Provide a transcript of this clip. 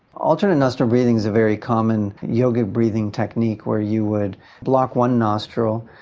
alternate nostril breathing is a very common yoga breathing technique where you would block one nostril,